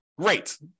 great